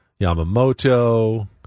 Yamamoto